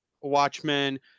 Watchmen